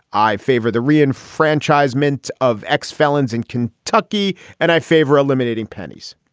i favor the ryan franchise ment of ex felons in kentucky and i favor eliminating pennies.